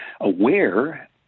aware